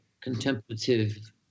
contemplative